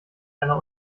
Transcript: einer